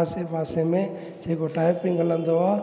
आसे पासे में जेको टाइपिंग हलंदो आहे